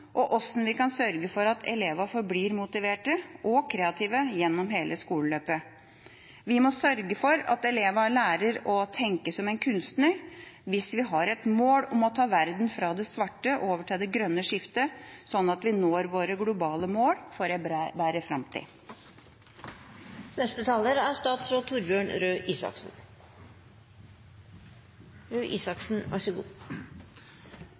og hvordan vi kan sørge for at elevene forblir motiverte og kreative gjennom hele skoleløpet. Vi må sørge for at elevene lærer å tenke som en kunstner hvis vi har et mål om ta verden fra det svarte over til det grønne skiftet, slik at vi når våre globale mål for en bedre framtid. Jeg liker denne debatten. Jeg liker den av en veldig klar grunn, og det er